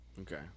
Okay